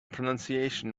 pronunciation